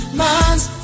mind's